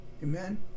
Amen